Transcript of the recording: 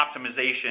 optimization